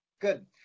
Good